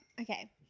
Okay